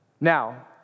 Now